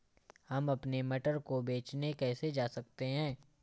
हम अपने मटर को बेचने कैसे जा सकते हैं?